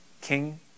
king